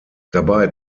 dabei